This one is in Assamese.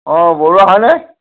অঁ বৰুৱা হয়নে